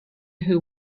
who